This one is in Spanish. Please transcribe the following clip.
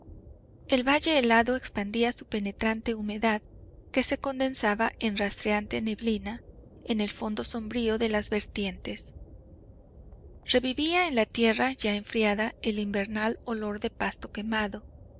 el valle helado expandía su penetrante humedad que se condensaba en rastreante neblina en el fondo sombrío de las vertientes revivía en la tierra ya enfriada el invernal olor de pasto quemado